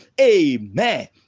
Amen